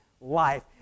life